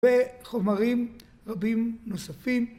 וחומרים רבים נוספים.